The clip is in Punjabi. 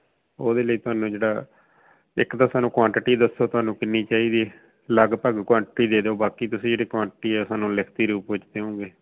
ਉਹਦੇ ਲਈ ਤੁਹਾਨੂੰ ਜਿਹੜਾ ਇੱਕ ਤਾਂ ਸਾਨੂੰ ਕੁਆਂਟਿਟੀ ਦੱਸੋ ਤੁਹਾਨੂੰ ਕਿੰਨੀ ਚਾਹੀਦੀ ਹੈ ਲਗਭਗ ਕੁਆਂਟਿਟੀ ਦੇ ਦਿਓ ਬਾਕੀ ਤੁਸੀਂ ਜਿਹੜੀ ਕੁਆਂਟਿਟੀ ਆ ਸਾਨੂੰ ਲਿਖਤੀ ਰੂਪ ਵਿੱਚ ਦਿਓਗੇ